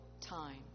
time